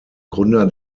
gründer